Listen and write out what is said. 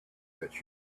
that